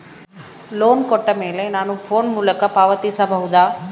Loan ಕೊಟ್ಟ ಮೇಲೆ ನಾನು ಫೋನ್ ಮೂಲಕ ಪಾವತಿಸಬಹುದಾ?